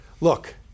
look